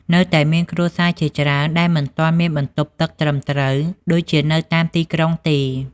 នៅតែមានគ្រួសារជាច្រើនដែលមិនទាន់មានបន្ទប់ទឹកត្រឹមត្រូវដូចជានៅតាមទីក្រុងទេ។